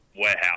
warehouse